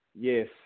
Yes